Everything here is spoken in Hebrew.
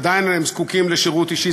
עדיין הם זקוקים לשירות אישי.